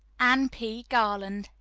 anne p. garland,